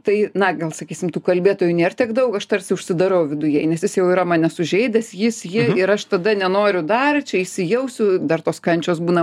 tai na gal sakysim tų kalbėtojų nėr tiek daug aš tarsi užsidarau viduje nes jis jau yra mane sužeidęs jis ji ir aš tada nenoriu dar čia įsijausiu dar tos kančios būna